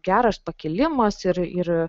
geras pakilimas ir ir